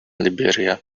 liberia